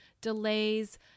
delays